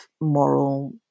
moral